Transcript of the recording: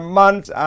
months